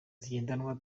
zigendanwa